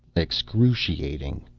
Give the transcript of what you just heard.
excruciating,